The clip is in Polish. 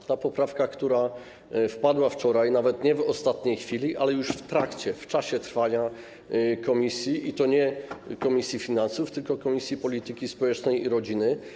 Chodzi o poprawkę, która wpadła wczoraj, nawet nie w ostatniej chwili, ale już w trakcie, w czasie trwania posiedzenia komisji, i to nie komisji finansów, tylko Komisji Polityki Społecznej i Rodziny.